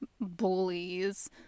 bullies